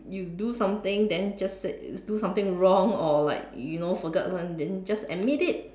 you do something then just said do something wrong or like you know forgot something then just admit it